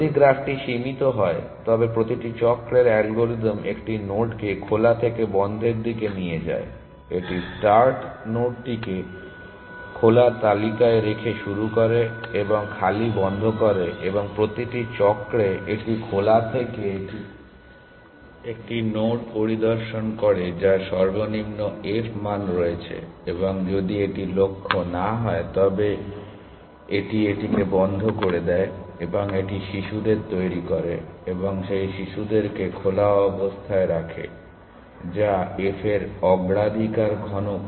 যদি গ্রাফটি সীমিত হয় তবে প্রতিটি চক্রের অ্যালগরিদম একটি নোডকে খোলা থেকে বন্ধের দিকে নিয়ে যায় এটি স্টার্ট নোডটিকে খোলা তালিকায় রেখে শুরু করে এবং খালি বন্ধ করে এবং প্রতিটি চক্রে এটি খোলা থেকে একটি নোড পরিদর্শন করে যার সর্বনিম্ন f মান রয়েছে এবং যদি এটি লক্ষ্য না হয় তবে এটি এটিকে বন্ধ করে দেয় এবং এটি শিশুদের তৈরি করে এবং সেই শিশুদেরকে খোলা অবস্থায় রাখে যা f এর অগ্রাধিকার ঘনক